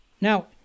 Now